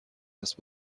است